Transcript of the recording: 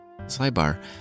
Sidebar